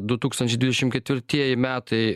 du tūkstančiai dvidešimt ketvirtieji metai